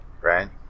right